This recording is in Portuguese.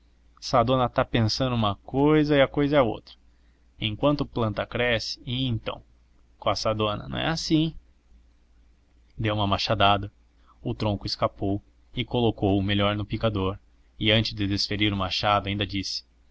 sá dona tá pensando uma cousa e a cousa é outra enquanto planta cresce e então quá sá dona não é assim deu uma machadada o tronco escapou colocou o melhor no picador e antes de desferir o machado ainda disse